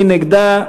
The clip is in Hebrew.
מי נגדה?